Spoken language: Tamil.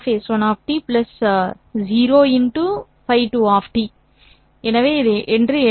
Ф 2 எனவே இதை எழுதலாம்